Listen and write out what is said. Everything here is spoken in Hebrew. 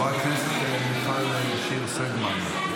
חברת הכנסת מיכל שיר סגמן.